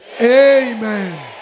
Amen